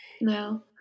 No